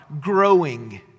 growing